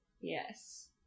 Yes